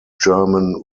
german